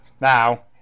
Now